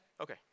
okay